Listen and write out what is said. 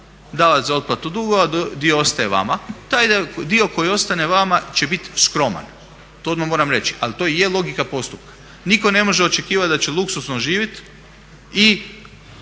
davat za otplatu dugova, dio ostaje vama. Taj dio koji ostane vama će bit skroman, to odmah moram reći ali to i je logika postupka. Nitko ne može očekivat da će luksuzno živjet i